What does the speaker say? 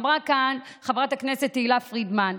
אמרה כאן חברת הכנסת תהלה פרידמן: